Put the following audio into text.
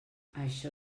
això